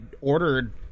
ordered